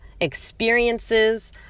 experiences